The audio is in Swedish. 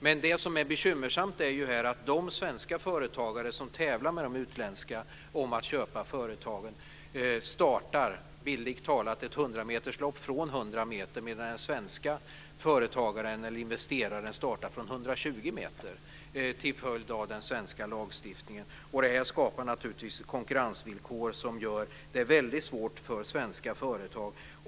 Men det som är bekymmersamt här är att de svenska företagare som tävlar med de utländska om att köpa företagen bildligt talat startar ett hundrameterslopp från 100 meter medan den svenska företagaren eller investeraren startar från Detta skapar naturligtvis konkurrensvillkor som gör det väldigt svårt för svenska företag.